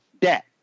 debt